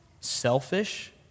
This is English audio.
selfish